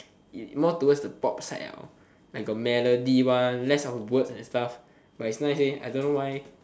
more towards the pop side liao like got melody one less of words and stuff but it's nice leh I don't know why